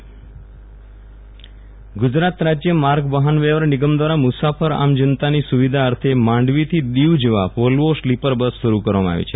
Viral Rana volvo bus સેવા ગુજરાત રાજય માર્ગ વાહન વ્યવહાર નિગમ દ્વારા મુસાફર આમ જનતાની સુવિધા અર્થે માંડવી થી દીવ જવા વોલ્વો સ્લીપર બસ શરૂ કરવામાં આવી છે